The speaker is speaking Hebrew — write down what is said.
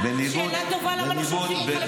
שאלה טובה, למה לא שולחים אותך למשלחת.